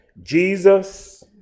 Jesus